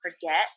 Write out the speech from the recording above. forget